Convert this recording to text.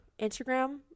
Instagram